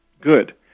good